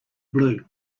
blue